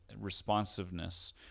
responsiveness